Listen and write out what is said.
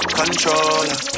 controller